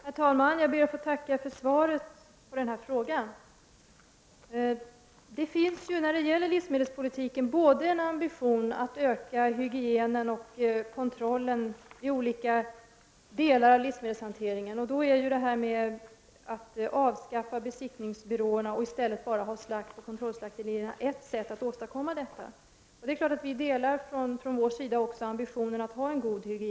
Herr talman! Jag ber att få tacka för svaret på den här frågan. När det gäller livsmedelspolitiken finns det en ambition att öka både hygienen och kontrollen i olika delar av livsmedelshanteringen. Då är förslaget att man skall avskaffa besiktningsbyråerna och i stället endast slakta på kontrollslakterierna ett sätt att åstadkomma detta. Det är klart att vi från vpk också har ambitionen att hygienen skall vara god.